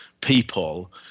people